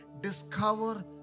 Discover